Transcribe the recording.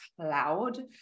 cloud